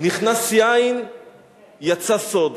"נכנס יין יצא סוד".